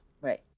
Right